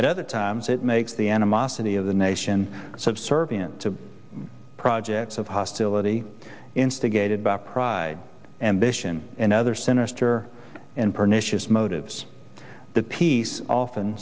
at other times it makes the animosity of the nation so absurd to projects of hostility instigated by pride and mission and other sinister and pernicious motives the peace often